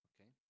Okay